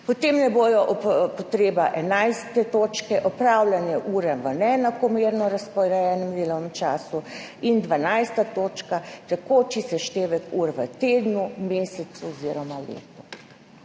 Potem ne bo potrebna 11. točka – opravljene ure v neenakomerno razporejenem delovnem času in 12. točka – tekoči seštevek ur v tednu, mesecu oziroma letu.